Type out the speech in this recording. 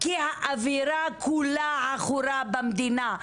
כי האווירה כולה עכורה במדינה,